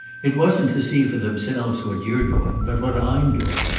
it wasn't to see for themselves what you're doing, but what i'm doing.